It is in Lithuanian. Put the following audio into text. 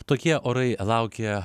tokie orai laukia